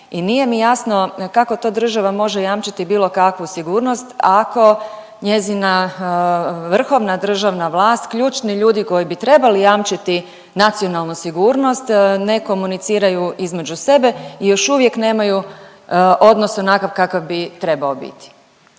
i nije mi jasno kako to država može jamčiti bilo kakvu sigurnost ako njezina vrhovna državna vlast, ključni ljudi koji bi trebali jamčiti nacionalnu sigurnost, ne komuniciraju između sebe i još uvijek nemaju odnos onakav kakav bi trebao biti.